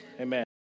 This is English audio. Amen